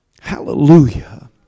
Hallelujah